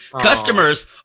Customers